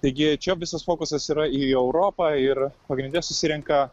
taigi čia visas fokusas yra į europą ir pagrinde susirenka